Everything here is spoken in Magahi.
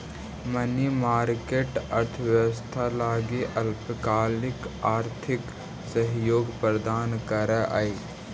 मनी मार्केट अर्थव्यवस्था लगी अल्पकालिक आर्थिक सहयोग प्रदान करऽ हइ